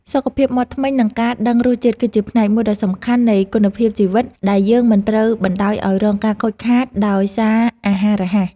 សុខភាពមាត់ធ្មេញ និងការដឹងរសជាតិគឺជាផ្នែកមួយដ៏សំខាន់នៃគុណភាពជីវិតដែលយើងមិនត្រូវបណ្តោយឲ្យរងការខូចខាតដោយសារអាហាររហ័ស។